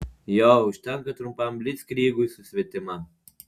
jo užtenka trumpam blickrygui su svetima